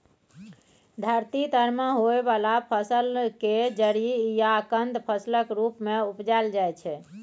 धरती तर में होइ वाला फसल केर जरि या कन्द फसलक रूप मे उपजाइल जाइ छै